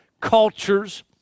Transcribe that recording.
cultures